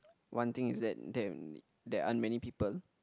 one thing is that that there aren't many people